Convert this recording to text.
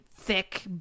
thick